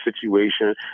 situation